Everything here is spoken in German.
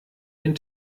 den